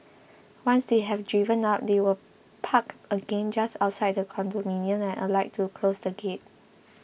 once they have driven out they will park again just outside the condominium and alight to close the gate